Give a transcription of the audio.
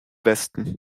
westen